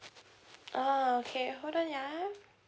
oh okay hold on ya